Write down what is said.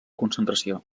concentració